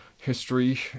history